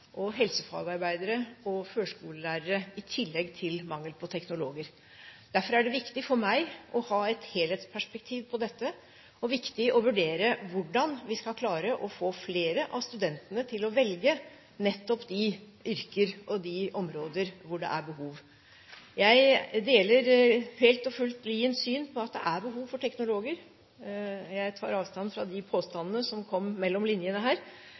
helsefagarbeidere og førskolelærere i tillegg til en mangel på teknologer. Derfor er det viktig for meg å ha et helhetsperspektiv på dette, og det er viktig å vurdere hvordan vi skal klare å få flere av studentene til å velge nettopp de yrker og de områder hvor det er behov. Jeg deler helt og fullt Liens syn på at det er behov for teknologer. Jeg tar avstand fra de påstandene som kom mellom linjene her.